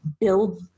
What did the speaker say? build